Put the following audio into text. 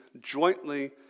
jointly